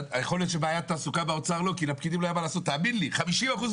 יכול להיות שלא הייתם פותרים את הבעיה של התעסוקה באוצר,